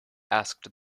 asked